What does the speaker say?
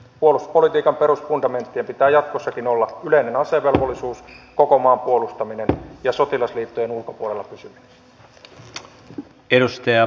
puolustuspolitiikan perusfundamenttien pitää jatkossakin olla yleinen asevelvollisuus koko maan puolustaminen ja sotilasliittojen ulkopuolella pysyminen